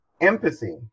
empathy